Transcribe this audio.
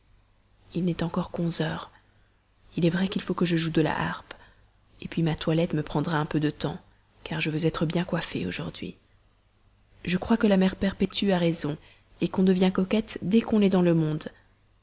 il n'est encore qu'onze heures il est vrai qu'il faut que je joue de la harpe puis ma toilette me prendra un peu de temps car je veux être bien coiffée aujourd'hui je crois que la mère perpétue a raison qu'on devient coquette dès qu'on est dans le monde